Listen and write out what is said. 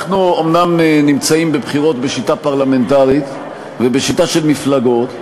אנחנו אומנם נמצאים בבחירות בשיטה פרלמנטרית ובשיטה של מפלגות,